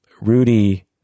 Rudy